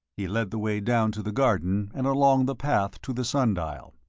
he led the way down to the garden and along the path to the sun-dial.